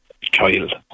child